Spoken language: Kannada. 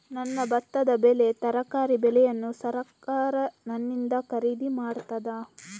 ನನ್ನ ಭತ್ತದ ಬೆಳೆ, ತರಕಾರಿ ಬೆಳೆಯನ್ನು ಸರಕಾರ ನನ್ನಿಂದ ಖರೀದಿ ಮಾಡುತ್ತದಾ?